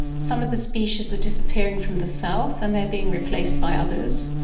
some of the species are disappearing from the south and they are being replaced by others.